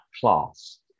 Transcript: class